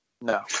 No